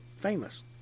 famous